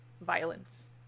violence